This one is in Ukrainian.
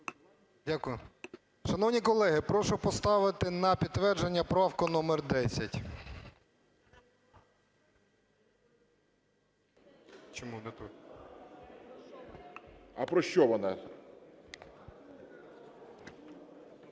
Дякую. Шановні колеги, прошу поставити на підтвердження правку номер 10. ГОЛОВУЮЧИЙ. А про що вона?